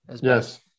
Yes